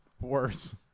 worse